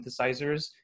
synthesizers